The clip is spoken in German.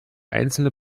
einzelne